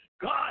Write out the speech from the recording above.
God